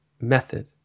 method